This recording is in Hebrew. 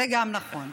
זה גם נכון.